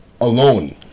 alone